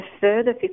further